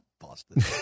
Boston